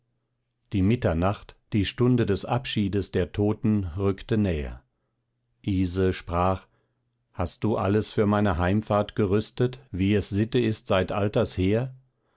die mitternacht die stunde des abschiedes der toten rückte näher ise sprach hast du alles für meine heimfahrt gerüstet wie es sitte ist seit altersher